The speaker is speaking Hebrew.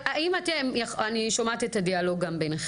אני שומעת גם את הדיאלוג ביניכן.